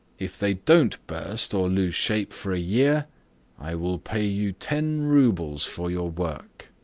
if they don't burst or lose shape for a year i will pay you ten roubles for your work.